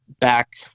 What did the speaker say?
back